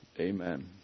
Amen